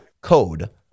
code